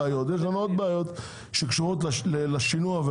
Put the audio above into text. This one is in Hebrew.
יש לנו גם בעיות שקשורות לשינוע.